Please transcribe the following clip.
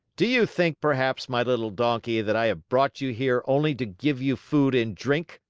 do you think, perhaps, my little donkey, that i have brought you here only to give you food and drink?